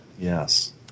Yes